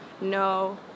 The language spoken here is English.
No